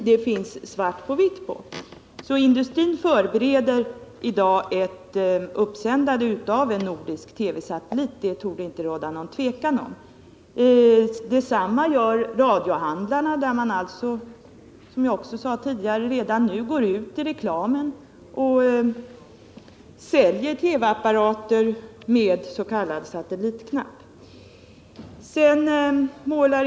Det finns alltså svart på vitt på detta. Det torde inte råda något tvivel om att industrin i dag förbereder ett uppsändande av en nordisk satellit. Som jag tidigare sade gör också radiohandeln redan nu reklam och säljer TV-apparater med s.k. satellitknapp.